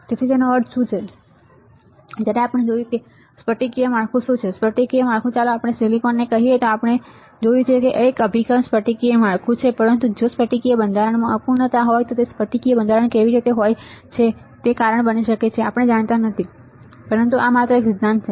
તેથી તેનો અર્થ શું છે કે જ્યારે આપણે જોયું કે સ્ફટિકીય માળખું શું છે સ્ફટિકીય માળખું ચાલો આપણે સિલિકોનમાં કહીએ કે આપણે 100 જોયું છે તે એક અભિગમ સ્ફટિકીય માળખું છે પરંતુ જો સ્ફટિકીય બંધારણમાં અપૂર્ણતા હોય તો સ્ફટિકીય બંધારણ કેવી રીતે હોય છે પછી તે કારણ બની શકે છે કે આપણે જાણતા નથી પરંતુ આ માત્ર એક સિદ્ધાંત છે